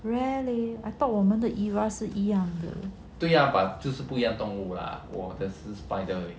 really I thought 我们的 era 是一样的